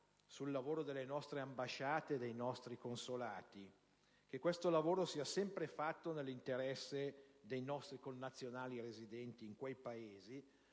sul lavoro delle nostre ambasciate e dei nostri consolati affinché sia sempre compiuto nell'interesse dei nostri connazionali residenti in quei Paesi